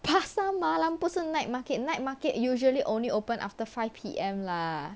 pasar malam 不是 night market night market usually only open after five P_M lah